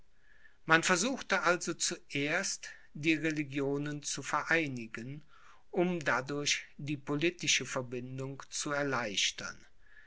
man versuchte also zuerst die religionen zu vereinigen um dadurch die politische verbindung zu erleichtern